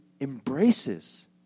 Embraces